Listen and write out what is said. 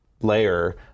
layer